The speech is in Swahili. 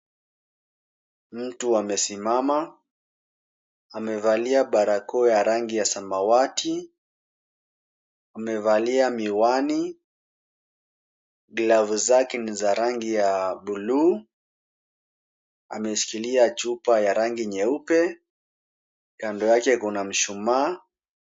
Mtu amesimama amevalia barakoa ya rangi ya samawati. Amevalia miwani. Glovu zake ni za rangi ya bluu. Ameshikilia chupa ya rangi nyeupe. Kando yake kuna mshumaa.